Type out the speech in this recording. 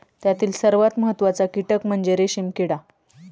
त्यातील सर्वात महत्त्वाचा कीटक म्हणजे रेशीम किडा